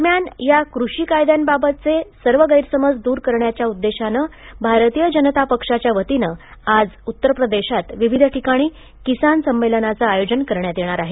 दरम्यान या आंदोलनाबाबतचे सर्व गैरसमज दूर करण्याच्या उद्देशाने भारतीय जनता पक्षाच्या वतीने आज उत्तर प्रदेशात विविध ठिकाणी किसान संमेलनाचे आयोजन करण्यात येणार आहे